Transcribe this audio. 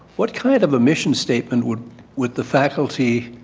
what kind of a mission statement would would the faculty,